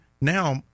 now